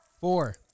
Four